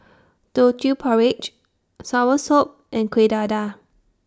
Teochew Porridge Soursop and Kueh Dadar